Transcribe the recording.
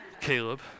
Caleb